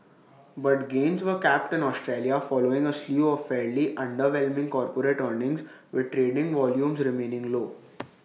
but gains were capped in Australia following A slew of fairly underwhelming corporate earnings with trading volumes remaining low